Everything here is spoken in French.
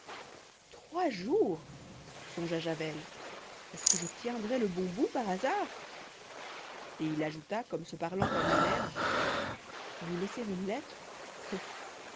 trois jours songea javel est-ce que je tiendrais le bon bout par hasard et il ajouta comme se parlant à lui-même lui laisser une lettre peuh